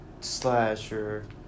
slasher